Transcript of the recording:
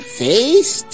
face